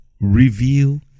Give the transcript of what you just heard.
Reveal